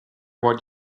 what